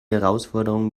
herausforderung